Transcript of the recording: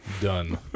done